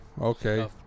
Okay